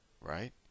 Right